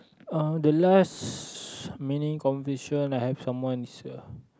uh the last meaning conversation I have with someone is uh